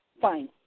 fine